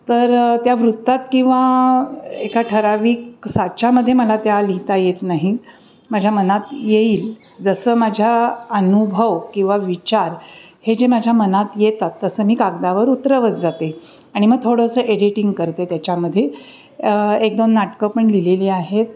तर त्या वृत्तात किंवा एका ठराविक साच्यामध्ये मला त्या लिहिता येत नाही माझ्या मनात येईल जसं माझ्या अनुभव किंवा विचार हे जे माझ्या मनात येतात तसं मी कागदावर उतरवत जाते आणि मग थोडंसं एडिटिंग करते त्याच्यामध्ये एक दोन नाटकं पण लिहिलेली आहेत